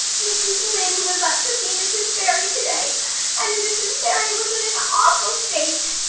mrs. lynde was up to see mrs. barry today and mrs. barry was in an awful state,